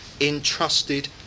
entrusted